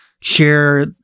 share